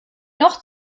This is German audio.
noch